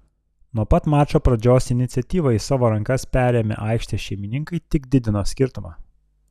nuo pat mačo pradžios iniciatyvą į savo rankas perėmę aikštės šeimininkai tik didino skirtumą